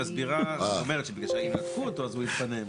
היא מסבירה, היא אומרת שאם ינתקו אותו הוא יתפנה.